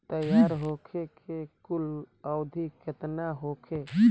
तैयार होखे के कुल अवधि केतना होखे?